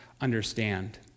understand